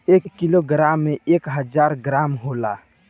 एक किलोग्राम में एक हजार ग्राम होला